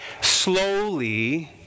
slowly